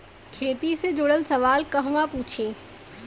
खेती से जुड़ल सवाल कहवा पूछी?